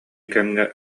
кэмҥэ